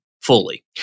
fully